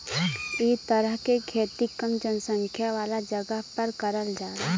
इ तरह के खेती कम जनसंख्या वाला जगह पर करल जाला